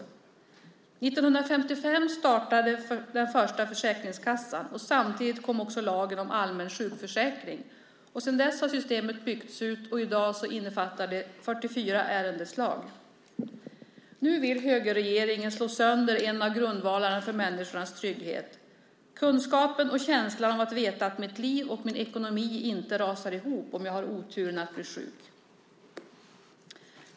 År 1955 startade den första försäkringskassan. Samtidigt kom lagen om allmän sjukförsäkring. Sedan dess har systemet byggts ut. I dag innefattar det 44 ärendeslag. Nu vill högerregeringen slå sönder en av grundvalarna för människornas trygghet, kunskapen och känslan att veta att mitt liv och min ekonomi inte rasar ihop om jag har oturen att bli sjuk.